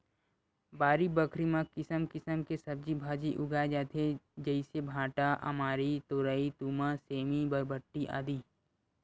बाड़ी बखरी म किसम किसम के सब्जी भांजी उगाय जाथे जइसे भांटा, अमारी, तोरई, तुमा, सेमी, बरबट्टी, आदि